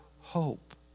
hope